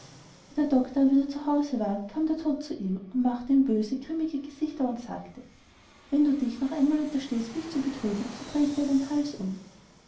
der doctor aber wieder zu haus war kam der tod zu ihm machte ihm böse grimmige gesichter und sagte wenn du dich noch einmal unterstehst mich zu betrügen so dreh ich dir den hals um